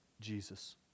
Jesus